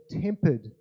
tempered